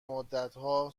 مدتها